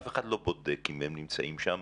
אף אחד לא בודק אם הם נמצאים שם,